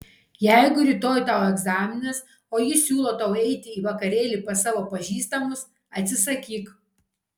jeigu rytoj tau egzaminas o jis siūlo tau eiti į vakarėlį pas savo pažįstamus atsisakyk